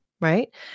right